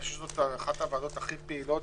אני חושב שזו אחת הוועדות הכי פעילות,